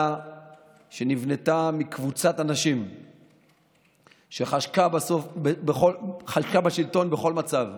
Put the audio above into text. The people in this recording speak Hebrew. שנבנתה מקבוצת אנשים שחשקה בשלטון בכל מצב,